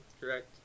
correct